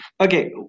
Okay